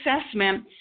assessment